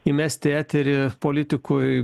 įmest į eterį politikui